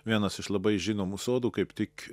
vienas iš labai žinomų sodų kaip tik